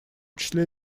числе